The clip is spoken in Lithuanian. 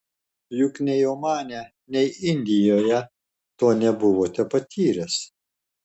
juk nei omane nei indijoje to nebuvote patyręs